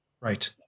right